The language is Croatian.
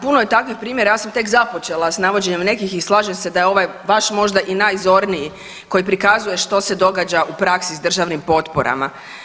Da, puno je takvih primjera ja sam tek započela s navođenjem nekih i slažem se da je ovaj baš možda i najzorniji koji prikazuje što se događa u praski s državnim potporama.